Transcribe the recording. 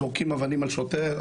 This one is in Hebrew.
זורקים אבנים על שוטר,